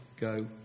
go